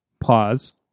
Pause